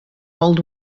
old